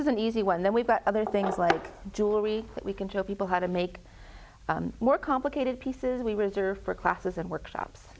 is an easy one and then we've got other things like jewelry that we can show people how to make more complicated pieces we reserve for classes and workshops